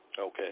Okay